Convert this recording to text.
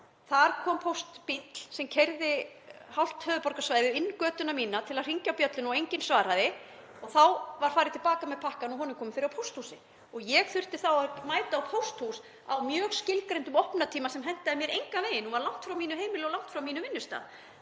Þar kom póstbíll sem keyrði hálft höfuðborgarsvæðið inn götuna mína til að hringja bjöllunni og enginn svaraði og þá var farið til baka með pakkann og honum komið fyrir á pósthúsi. Ég þurfti þá að mæta á pósthús á mjög skilgreindum opnunartíma sem hentaði mér engan veginn og var langt frá mínu heimili og langt frá mínum vinnustað,